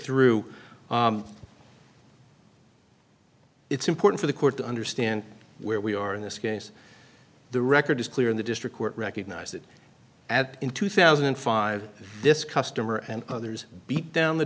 through it's important for the court to understand where we are in this case the record is clear in the district court recognized that at in two thousand and five this customer and others beat down the